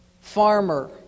farmer